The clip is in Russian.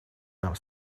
нам